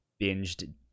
binged